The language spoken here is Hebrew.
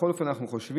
בכל אופן אנחנו חושבים